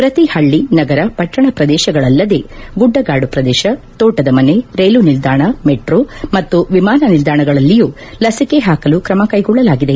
ಪ್ರತಿ ಹಳ್ಳಿ ನಗರ ಪಟ್ಟಣ ಪ್ರದೇಶಗಳಲ್ಲದೇ ಗುಡ್ಡಗಾದು ಪ್ರದೇಶ ತೋಟದ ಮನೆ ರೈಲು ನಿಲ್ದಾಣ ಮೆಟ್ರೋ ಮತ್ತು ವಿಮಾನ ನಿಲ್ದಾಣಗಳಲ್ಲಿಯೂ ಲಸಿಕೆ ಹಾಕಲು ಕ್ರಮ ಕೈಗೊಳ್ಳಲಾಗಿದೆ